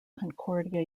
concordia